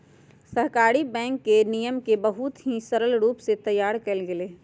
सहकारी बैंक के नियम के बहुत ही सरल रूप से तैयार कइल गैले हई